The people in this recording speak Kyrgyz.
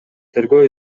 тергөө